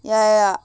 ya ya ya